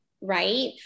Right